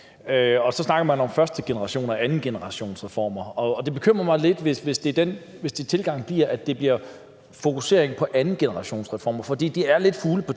og så snakker man om førstegenerations- og andengenerationsreformer, og det bekymrer mig lidt, hvis tilgangen bliver, at det bliver en fokusering på andengenerationsreformer. For de er lidt fugle